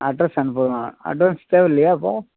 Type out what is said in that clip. address அனுப்புகிறோம் address தேவையில்லையா அப்போது